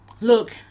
Look